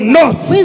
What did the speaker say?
north